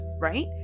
right